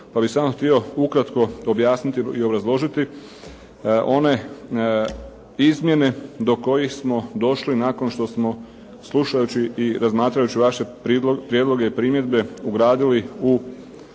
sam vam htio ukratko objasniti i obrazložiti one izmjene do kojih smo došli nakon što smo slušajući i razmatrajući vaše prijedloge i primjedbe ugradili u